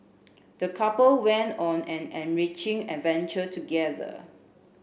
the couple went on an enriching adventure together